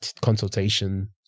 consultation